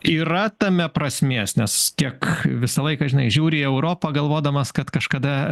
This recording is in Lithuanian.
yra tame prasmės nes tiek visą laiką žinai žiūri į europą galvodamas kad kažkada